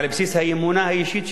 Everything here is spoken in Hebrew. על בסיס האמונה האישית שלהם.